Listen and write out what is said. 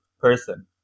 person